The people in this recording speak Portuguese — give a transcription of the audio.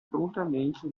prontamente